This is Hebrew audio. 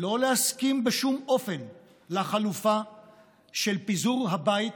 לא להסכים בשום אופן לחלופה של פיזור הבית,